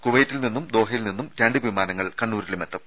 കുവൈറ്റിൽ നിന്നും ദോഹയിൽ നിന്നും രണ്ട് വിമാനങ്ങൾ കണ്ണൂരിലുമെത്തും